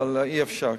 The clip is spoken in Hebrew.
אבל אי-אפשר כך.